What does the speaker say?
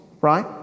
Right